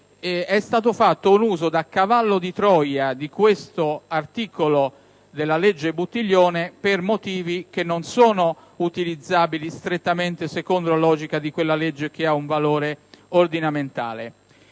È stato fatto un uso da cavallo di Troia di questo articolo della legge Buttiglione per motivi che non sono utilizzabili strettamente secondo la logica di quella legge che ha un valore ordinamentale.